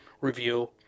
review